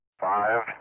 Five